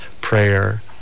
prayer